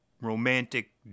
romantic